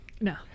No